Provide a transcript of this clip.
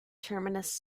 terminus